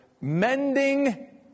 mending